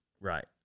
Right